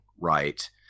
right